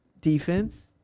defense